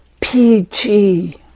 PG